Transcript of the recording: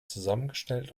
zusammengestellt